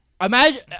Imagine